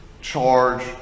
charge